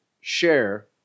share